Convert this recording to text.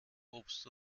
obst